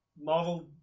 Marvel